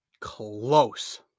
close